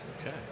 Okay